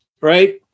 right